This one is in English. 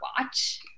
watch